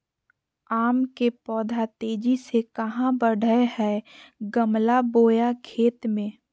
आम के पौधा तेजी से कहा बढ़य हैय गमला बोया खेत मे?